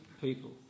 people